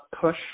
push